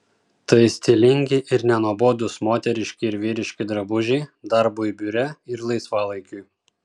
tai stilingi ir nenuobodūs moteriški ir vyriški drabužiai darbui biure ir laisvalaikiui